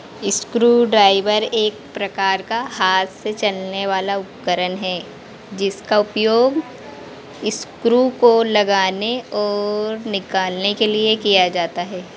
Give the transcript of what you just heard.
screw driver एक प्रकार का हाथ से चलने वाला उपकरण है जिसका उपयोग स्क्रू को लगाने और निकालने के लिए किया जाता है